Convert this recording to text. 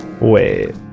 wait